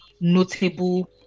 notable